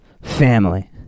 family